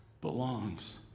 belongs